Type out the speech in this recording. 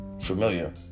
familiar